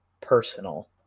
personal